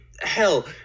hell